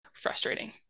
frustrating